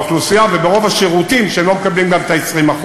וברוב השירותים שלא מקבלים גם את ה-20%.